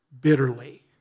bitterly